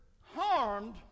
harmed